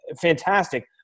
fantastic